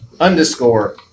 underscore